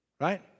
Right